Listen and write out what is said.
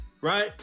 right